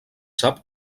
sap